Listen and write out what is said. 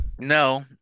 No